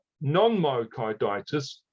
non-myocarditis